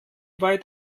weit